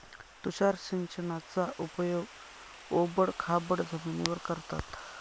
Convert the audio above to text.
तुषार सिंचनाचा उपयोग ओबड खाबड जमिनीवर करतात